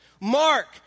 Mark